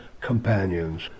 companions